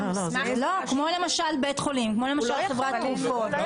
כמו למשל בית חולים, כמו למשל חברת תרופות.